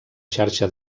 xarxa